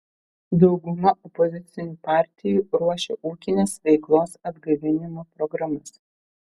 dauguma opozicinių partijų ruošia ūkinės veiklos atgaivinimo programas